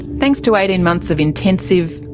thanks to eighteen months of intensive,